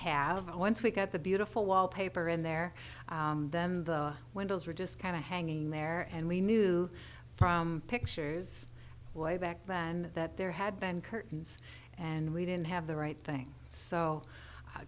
and once we got the beautiful wallpaper in there then the windows were just kind of hanging there and we knew from pictures way back then that there had been curtains and we didn't have the right thing so